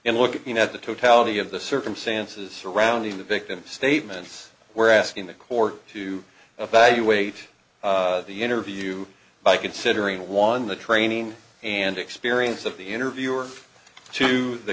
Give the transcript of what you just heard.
and looking at the totality of the circumstances surrounding the victim's statements we're asking the court to evaluate the interview by considering one the training and experience of the interviewer to the